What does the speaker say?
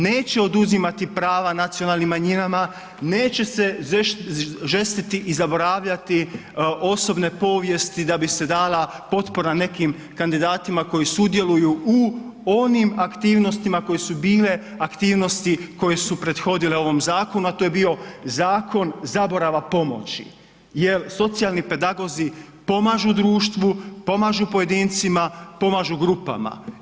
Neće oduzimati prava nacionalnim manjinama, neće se žestiti i zaboravljati osobne povijesti da bi se dala potpora nekim kandidatima koji sudjeluju u onim aktivnostima koje su bile aktivnosti koje su prethodile ovom zakonu a to je bio zakon zaborava pomoći jer socijalni pedagozi pomažu društvu, pomažu pojedincima, pomažu grupama.